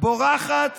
בורחת